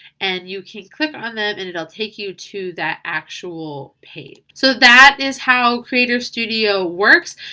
and you can click on them and it'll take you to that actual page. so that is how creator studio works.